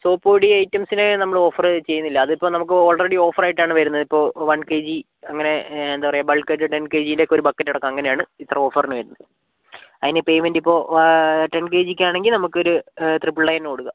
soap പൊടി ഐറ്റംസിന് നമ്മൾ ഓഫർ ചെയ്യുന്നില്ല അതിപ്പോൾ നമുക്ക് ഓൾറെഡി ഓഫർ ആയിട്ടാണ് വരുന്നത് ഇപ്പോൾ വൺ കെ ജി അങ്ങനെ എന്താണ് പറയുക ബൾക്ക് ആയിട്ട് ടെൻ കെ ജിൻ്റെ ഒക്കെ ഒരു ബക്കറ്റ് അടക്കം അങ്ങനെയാണ് ഇത്ര ഓഫറിന് വരുന്നത് അതിന് പേയ്മെന്റ് ഇപ്പോൾ ടെൻ കെ ജിക്ക് ആണെങ്കിൽ നമുക്കൊരു ട്രിപ്പിൾ നയനിന് കൊടുക്കാം